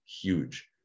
huge